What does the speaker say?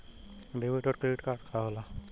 Debit और credit card का होला?